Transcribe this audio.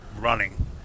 running